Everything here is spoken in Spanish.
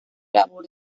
labor